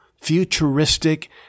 Futuristic